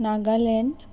Nagaland